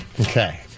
Okay